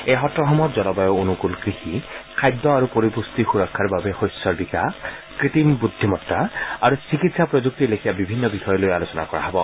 এই সত্ৰসমূহত জলবায়ু অনুকূল কৃষি খাদ্য আৰু পৰিপুষ্টি সুৰক্ষাৰ বাবে শস্যৰ বিকাশ কৃত্ৰিম বুদ্ধিমতা আৰু চিকিৎসা প্ৰযুক্তিৰ লেখিয়া বিভিন্ন বিষয় লৈ আলোচনা কৰা হ'ব